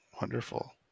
Wonderful